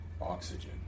oxygen